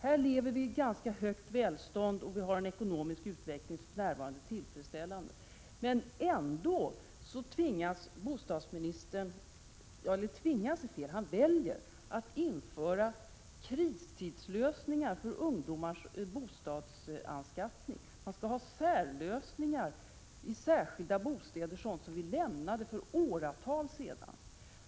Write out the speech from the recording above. Här lever vi i ett ganska högt välstånd och har en ekonomisk utveckling som för närvarande är tillfredsställande, men ändå väljer bostadsministern att införa kristidslösningar för ungdomars bostadsanskaffning. Han skall ha särlösningar i särskilda bostäder — sådant som övergavs för åratal sedan.